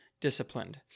disciplined